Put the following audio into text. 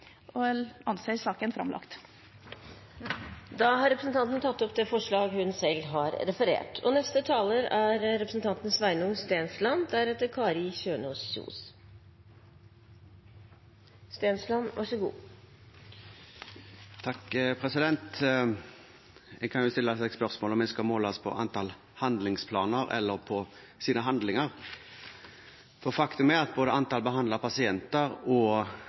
og jeg anser saken som framlagt. Representanten Ingvild Kjerkol har tatt opp det forslaget hun refererte. En kan jo stille spørsmål om en skal måles på antall handlingsplaner eller på sine handlinger, for faktum er at både antall behandlede pasienter og